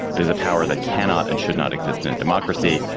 it is a power that cannot and should not exist in a democracy,